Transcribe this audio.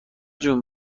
جون